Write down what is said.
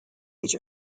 age